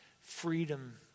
freedom